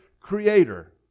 creator